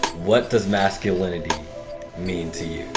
what does masculinity mean to you?